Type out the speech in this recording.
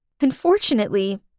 Unfortunately